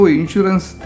insurance